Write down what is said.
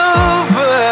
over